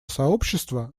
сообщества